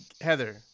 Heather